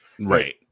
Right